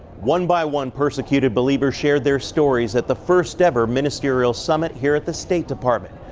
one by one, persecuted believers shared their stories at the first ever ministerial summit here at the state department.